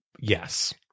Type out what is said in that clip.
yes